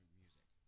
music